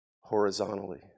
horizontally